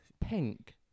pink